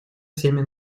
всеми